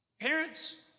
Parents